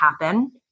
happen